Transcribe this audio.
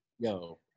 Yo